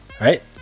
right